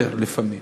יותר, לפעמים.